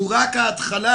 הוא רק ההתחלה.